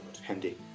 handy